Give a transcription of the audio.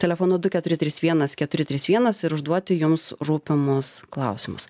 telefonu du keturi trys vienas keturi trys vienas ir užduoti jums rūpimus klausimus